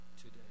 today